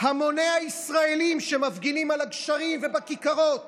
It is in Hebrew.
המוני הישראלים שמפגינים על הגשרים ובכיכרות